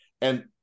And-